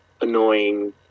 annoying